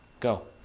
Go